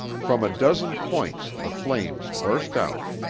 from a dozen points the flames burst out.